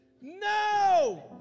No